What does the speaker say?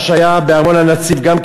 מה שהיה בארמון-הנציב גם,